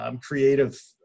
creative